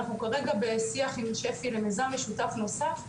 אנחנו כרגע בשיח עם שפ"י למיזם משותף נוסף,